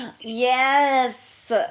Yes